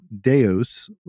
Deus